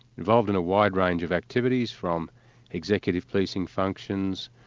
involved in a wide range of activities from executive policing functions,